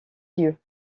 lieux